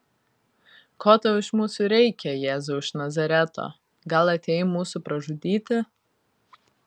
ko tau iš mūsų reikia jėzau iš nazareto gal atėjai mūsų pražudyti